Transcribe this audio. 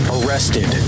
Arrested